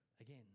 Again